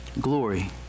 glory